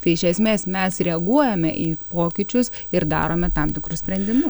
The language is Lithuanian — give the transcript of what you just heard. tai iš esmės mes reaguojame į pokyčius ir darome tam tikrus sprendimu